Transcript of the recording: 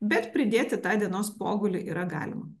bet pridėti tą dienos pogulį yra galima